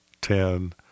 ten